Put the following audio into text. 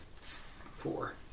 Four